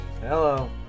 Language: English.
Hello